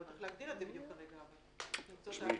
אני לא יודעת איך בדיוק להגדיר את זה כרגע אבל צריך למצוא את ההגדרה.